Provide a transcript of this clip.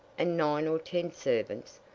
and nine or ten servants,